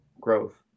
growth